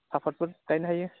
सापातफोर गायनो हायो